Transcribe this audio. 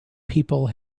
people